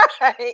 Right